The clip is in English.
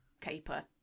caper